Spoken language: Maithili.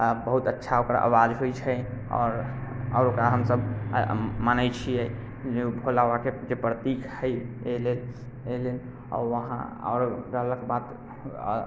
आ बहुत अच्छा ओकर आवाज होइत छै आओर आओर ओकरा हमसभ मानैत छियै जे ओ भोला बाबाके प्रतीक हइ एहिलेल एहिलेल आ वहाँ आओर रहलक बात